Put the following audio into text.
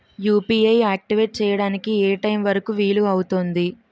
UPI activate చెయ్యడానికి ఏ time వరుకు వీలు అవుతుంది?